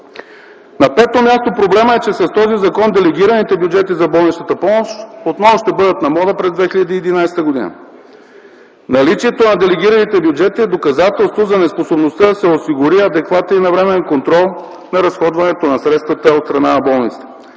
На пето място, проблемът е, че с този закон делегираните бюджети за болничната помощ отново ще бъдат на мода през 2011 г. Наличието на делегираните бюджети е доказателство за неспособността да се осигури адекватен и навременен контрол на разходването на средствата от страна на болниците.